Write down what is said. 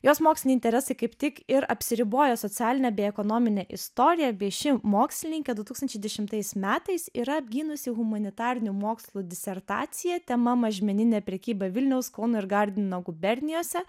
jos moksliniai interesai kaip tik ir apsiriboja socialine bei ekonomine istorija bei ši mokslininkė du tūkstančiai dešimtais metais yra apgynusi humanitarinių mokslų disertaciją tema mažmeninė prekyba vilniaus kauno ir gardino gubernijose